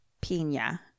Pina